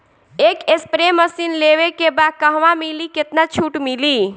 एक spray machine लेवे के बा कहवा मिली केतना छूट मिली?